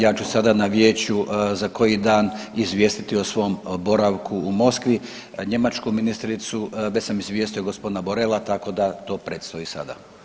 Ja ću sada na vijeću za koji dan izvijestiti o svom boravku u Moskvi, njemačku ministricu već sam izvijestio gospodina Borela tako da to predstoji sada.